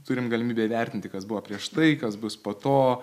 turim galimybę įvertinti kas buvo prieš tai kas bus po to